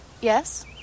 Yes